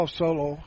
solo